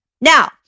Now